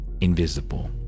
invisible